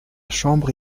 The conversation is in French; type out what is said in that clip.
chambre